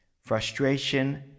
Frustration